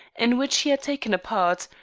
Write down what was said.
in which he had taken a part,